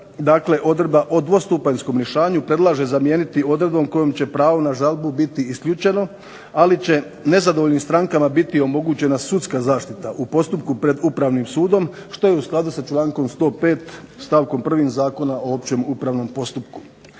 odredba o dvostupanjskom rješavanju, predlaže zamijeniti odredbom kojom će pravo na žalbu biti isključeno, ali će nezadovoljnim strankama biti omogućena sudska zaštita u postupku pred upravnim sudom, što je u skladu sa člankom 105. stavkom 1. Zakona o općem upravnom postupku.